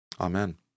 Amen